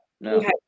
No